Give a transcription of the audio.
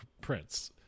prince